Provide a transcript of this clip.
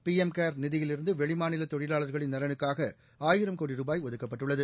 PM கேர் நிதியிலிருந்து வெளிமாநில தொழிலாளர்களின் நலனுக்காக ஆயிரம் கோடி ருபாய் ஒதுக்கப்பட்டுள்ளது